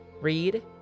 read